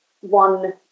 one